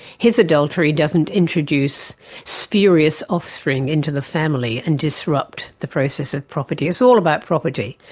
his adultery doesn't introduce spurious offspring into the family and disrupt the process of property. it's all about property.